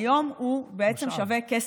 היום הוא שווה כסף,